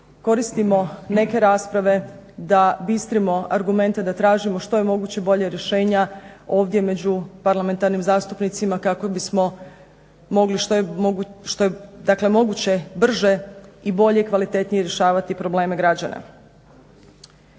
koristimo neke rasprave da bistrimo argumente, da tražimo što je moguće bolja rješenja ovdje među parlamentarnim zastupnicima kako bismo mogli dakle što je moguće brže i bolje, kvalitetnije rješavati probleme građana.